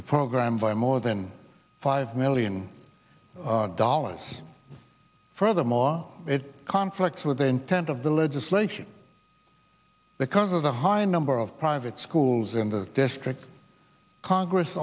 the program via more than five million dollars furthermore it conflicts with the intent of the legislation because of the high number of private schools in the district congress